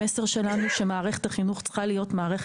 המסר שלנו הוא שמערכת החינוך צריכה לחנך